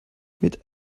mit